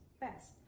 best